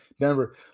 Denver